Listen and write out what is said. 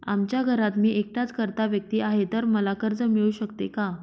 आमच्या घरात मी एकटाच कर्ता व्यक्ती आहे, तर मला कर्ज मिळू शकते का?